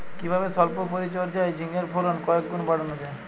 কিভাবে সল্প পরিচর্যায় ঝিঙ্গের ফলন কয়েক গুণ বাড়ানো যায়?